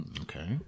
Okay